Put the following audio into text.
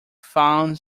found